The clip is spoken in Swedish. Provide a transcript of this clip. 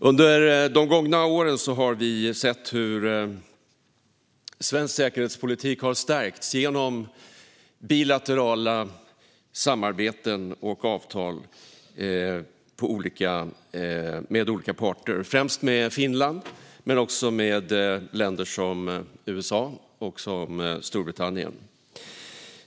Under de gångna åren har vi sett hur svensk säkerhetspolitik har stärkts genom bilaterala samarbeten och avtal med olika parter, främst med Finland men också med länder som USA och Storbritannien.